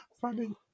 funny